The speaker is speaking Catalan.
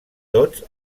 tots